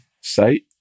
site